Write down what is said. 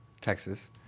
Texas